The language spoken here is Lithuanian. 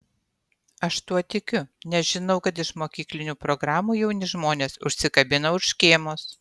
aš tuo tikiu nes žinau kad iš mokyklinių programų jauni žmonės užsikabina už škėmos